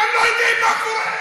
אתם לא יודעים מה קורה.